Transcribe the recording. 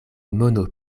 mono